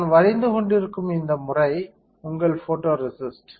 நான் வரைந்து கொண்டிருக்கும் இந்த முறை உங்கள் ஃபோட்டோரேசிஸ்ட்